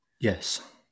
Yes